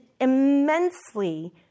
immensely